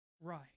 right